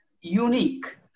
unique